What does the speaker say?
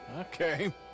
Okay